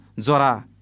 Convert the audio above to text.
Zora